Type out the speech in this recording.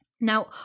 Now